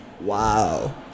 Wow